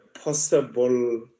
possible